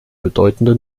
bedeutende